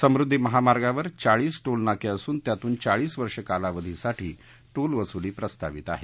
समृद्धी महामार्गावर चाळीस टोल नाके असून त्यातून चाळीस वर्ष कालावधीसाठी टोलवसुली प्रस्तावित आहे